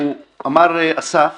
אמר אסף